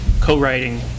co-writing